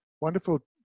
wonderful